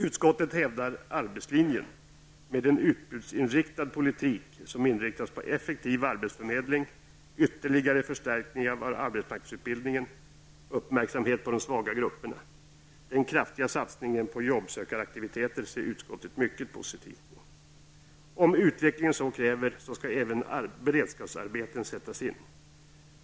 Utskottet hävdar arbetslinjen med en utbudsinriktad politik som inriktas på effektiv arbetsförmedling, ytterligare förstärkning av arbetsmarknadsutbildningen och uppmärksamhet på de svaga grupperna. Den kraftiga satsningen på jobbsökaraktiviteter ser utskottet mycket positivt på. -- Om utvecklingen så kräver skall även beredskapsarbeten sättas in.